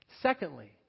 Secondly